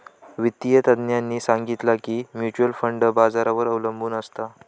वित्तिय तज्ञांनी सांगितला की म्युच्युअल फंड बाजारावर अबलंबून असता